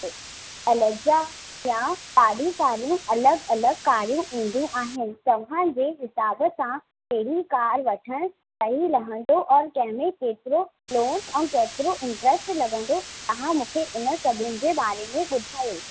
अ एलेगजा या डाढी सारियूं अलॻि अलॻि कारियूं ईंदियूं आहिनि तव्हांजे हिसाब सां कहिड़ी कार वठण सही रहंदो और कंहिंमें केतिरो लोन ऐं केतिरो इंट्र्स्ट लॻंदो तव्हां मूंखे इन सभिनि जे बारे में ॿुधायो